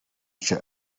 cha